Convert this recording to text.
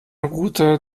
router